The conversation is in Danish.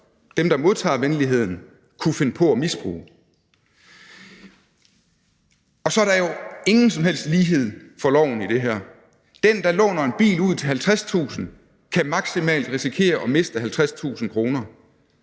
dem, der modtager venligheden, kunne finde på at misbruge. Og så er der jo ingen som helst lighed for loven i det her. Den, der låner en bil til 50.000 kr. ud, kan maksimalt risikere at miste 50.000 kr.